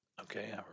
okay